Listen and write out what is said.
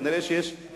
כנראה יש התקדמות,